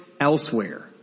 elsewhere